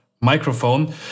microphone